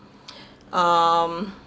um